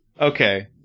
Okay